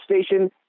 station